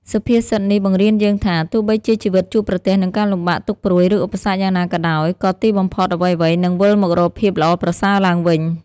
សុភាសិតនេះបង្រៀនយើងថា ទោះបីជាជីវិតជួបប្រទះនឹងការលំបាក ទុក្ខព្រួយ ឬឧបសគ្គយ៉ាងណាក៏ដោយ ក៏ទីបំផុតអ្វីៗនឹងវិលមករកភាពល្អប្រសើរឡើងវិញ។